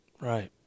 right